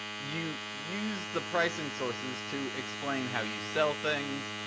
you use the pricing sources to explain how you sell things,